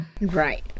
Right